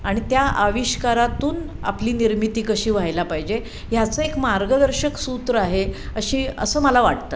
आणि त्या आविष्कारातून आपली निर्मिती कशी व्हायला पाहिजे ह्याचं एक मार्गदर्शक सूत्र आहे अशी असं मला वाटतं